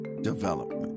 development